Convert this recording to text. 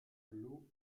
l’eau